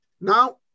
Now